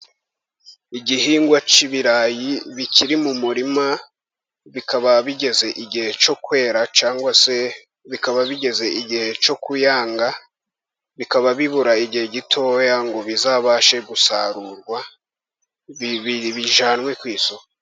Igihingwa cy'ibirayi bikiri mu murima, bikaba bigeze igihe cyo kwera cyangwa se bikaba bigeze igihe cyo kuyanga, bikaba bibura igihe gitoya ngo bizabashe gusarurwa, bijyanwe ku isoko.